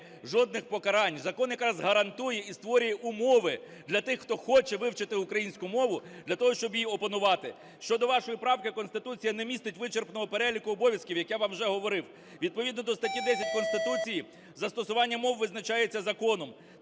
жодних покарань, закон якраз гарантує і створює умови для тих, хто хоче вивчити українську мову, для того, щоб її опанувати. Щодо вашої правки, Конституція не містить вичерпного переліку обов'язків, як я вам вже говорив. Відповідно до статті 10 Конституції застосування мов визначається законом.